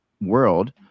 world